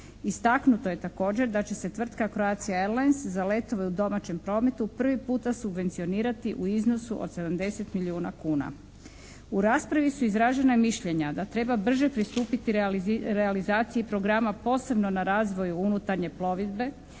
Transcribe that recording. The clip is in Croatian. Istaknuto je također da će se tvrtka Croatia Airlines za letove u domaćem prometu prvi puta subvencionirati u iznosu od 70 milijuna kuna. U raspravi su izražena mišljenja da treba brže pristupiti realizaciji programa posebno na razvoju unutarnje plovidbe